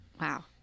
Wow